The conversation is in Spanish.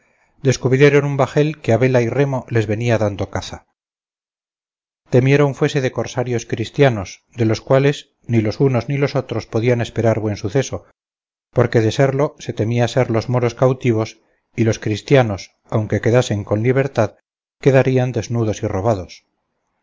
descubrieron un bajel que a vela y remo les venía dando caza temieron fuese de cosarios cristianos de los cuales ni los unos ni los otros podían esperar buen suceso porque de serlo se temía ser los moros cautivos y los cristianos aunque quedasen con libertad quedarían desnudos y robados